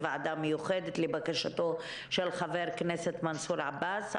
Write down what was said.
ועדה מיוחדת לבקשתו של חבר הכנסת מנסור עבאס.